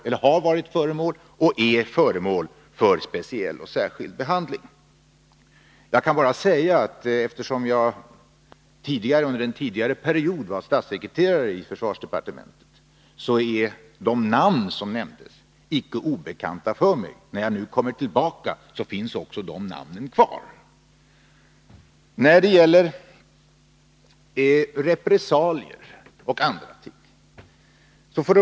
De har varit och är föremål för speciell behandling. Eftersom jag under en period var statssekreterare i försvarsdepartementet är de namn som nämndesinte obekanta för mig. När jag nu kommer tillbaka finns de namnen kvar. Eric Hägelmark talade om repressalier.